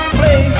play